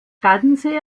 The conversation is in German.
ganze